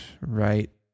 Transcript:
right